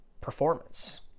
performance